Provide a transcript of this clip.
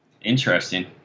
Interesting